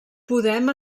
podem